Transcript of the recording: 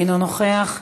אינו נוכח,